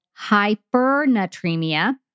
hypernatremia